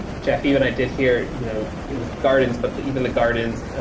jeff, even i did here, you know, with gardens, but the even the gardens,